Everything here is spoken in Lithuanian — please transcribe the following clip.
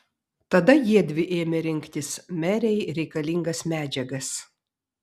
tada jiedvi ėmė rinkti merei reikalingas medžiagas